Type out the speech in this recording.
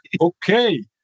Okay